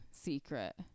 secret